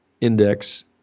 Index